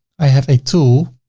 i have a tool,